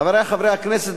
חברי חברי הכנסת,